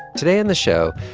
today on the show,